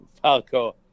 Falco